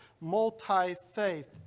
multi-faith